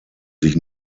sich